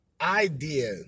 idea